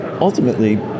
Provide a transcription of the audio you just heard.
ultimately